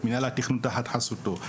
את מינהל התכנון תחת חסותו,